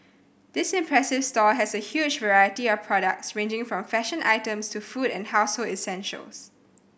this impressive store has a huge variety of products ranging from fashion items to food and household essentials